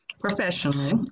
professionally